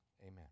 Amen